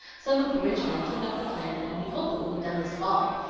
some of the rich men took up the plan, and we hope it will be done this fall.